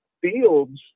fields